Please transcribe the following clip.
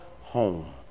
home